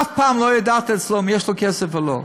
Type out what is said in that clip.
אף פעם לא ידעת אצלו אם יש לו כסף או לא.